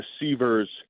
receivers